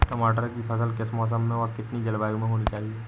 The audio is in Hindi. टमाटर की फसल किस मौसम व कितनी जलवायु में होनी चाहिए?